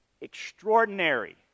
Extraordinary